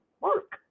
work